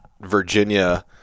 Virginia